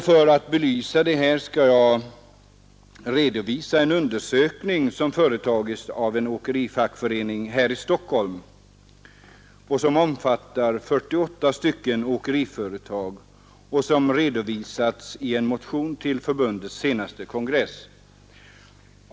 För att belysa förhållandena skall jag redovisa en undersökning som företagits av en åkerifackförening här i Stockholm. Denna undersökning som omfattar 48 åkeriföretag presenterades i en motion till Transportarbetareförbundets senaste kongress.